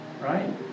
right